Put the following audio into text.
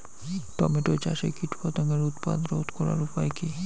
Tomato চাষে কীটপতঙ্গের উৎপাত রোধ করার উপায় কী?